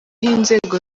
inzego